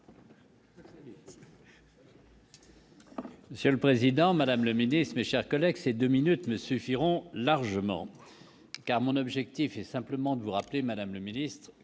Monsieur le Président, Madame le ministre et chers collègues, c'est 2 minutes ne suffiront largement car mon objectif est simplement de vous rappeler, Madame le Ministre,